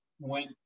went